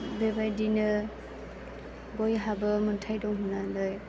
बेबायदिनो बयहाबो मोनथाय दं होननानै